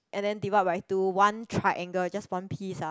and then divide by two one triangle just one piece um